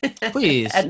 please